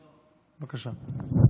בבקשה.